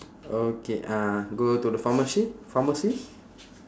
okay uh go to the pharmacy pharmacy